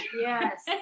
Yes